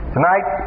Tonight